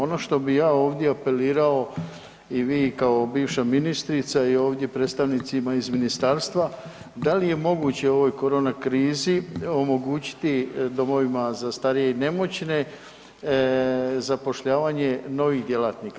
Ono što bi ja ovdje apelirao i vi kao bivša ministrica i ovdje predstavnicima iz ministarstva da li je moguće u ovoj korona krizi omogućiti domovima za starije i nemoćne zapošljavanje novih djelatnika?